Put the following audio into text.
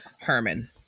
herman